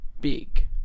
big